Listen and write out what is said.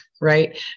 right